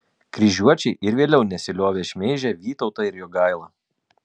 kryžiuočiai ir vėliau nesiliovė šmeižę vytautą ir jogailą